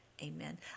Amen